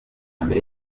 mbere